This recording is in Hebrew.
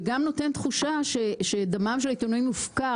וגם נותן תחושה שדמם של העיתונאים מופקר,